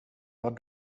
vad